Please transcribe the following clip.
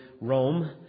Rome